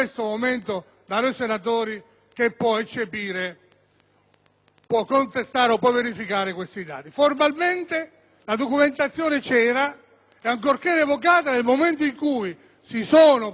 contestare o verificare questi dati. Formalmente la documentazione c'era e, ancorché revocata, nel momento in cui si sono presentate le liste elettorali e si è ammessa la lista al voto,